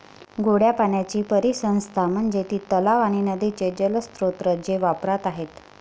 गोड्या पाण्याची परिसंस्था म्हणजे ती तलाव आणि नदीचे जलस्रोत जे वापरात आहेत